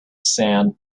sand